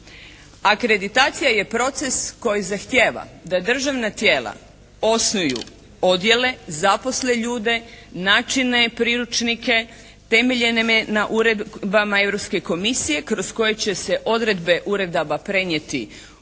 Akreditacija je proces koji zahtijeva da državna tijela osnuju odjele, zaposle ljude, načine priručnike temeljene na uredbama Europske komisije kroz koje će se odredbe uredaba prenijeti u